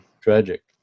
tragic